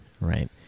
right